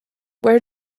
where